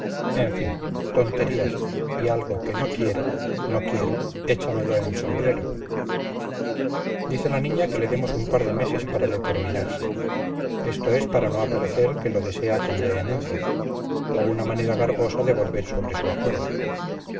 en fin tonterías y algo de no quiero no quiero échamelo en el sombrero dice la niña que le demos un par de meses para determinarse esto es para no aparecer que lo desea con vehemencia o una manera garbosa de volver sobre su acuerdo